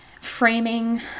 framing